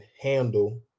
handle